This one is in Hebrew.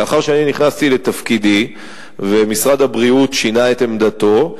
לאחר שאני נכנסתי לתפקידי ומשרד הבריאות שינה את עמדתו,